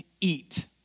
eat